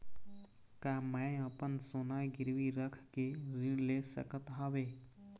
का मैं अपन सोना गिरवी रख के ऋण ले सकत हावे?